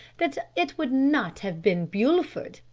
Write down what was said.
that it would not have been bulford,